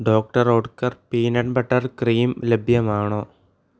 doctor Oetker peanut butter cream ലഭ്യമാണോ